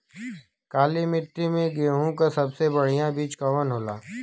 काली मिट्टी में गेहूँक सबसे बढ़िया बीज कवन होला?